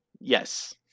Yes